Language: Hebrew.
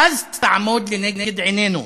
"אז תעמוד לנגד עינינו